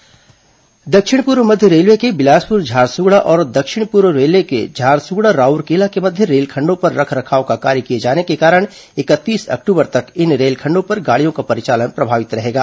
railway परिचालन दक्षिण पूर्व मध्य रेलवे के बिलासपुर झारसुगड़ा और दक्षिण पूर्व रेलवे के झारसुगड़ा राउरकेला के मध्य रेलखंडो पर रखरखाव का कार्य किए जाने के कारण इकतीस अक्टूबर तक इन रेल खंडो पर गाड़ियों का परिचालन प्रभावित रहेगा